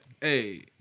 hey